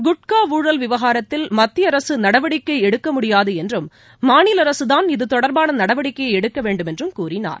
குட்கா ஊழல் விவகாரத்தில் மத்திய அரசு நடவடிக்கை எடுக்க முடியாது என்றும் மாநில அரசுதான் இதுதொடர்பான நடவடிக்கையை எடுக்க வேண்டுமென்றும் கூறினார்